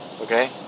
Okay